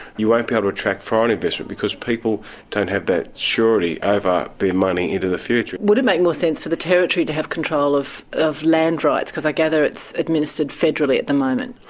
you won't be able to attract foreign investment, because people don't have that surety over their money into the future. would it make more sense for the territory to have control of of land rights, because i gather it's administered federally at the moment?